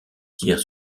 tire